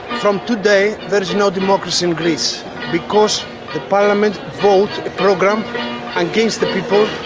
from today there is no democracy in greece because the parliament vote a program against the people,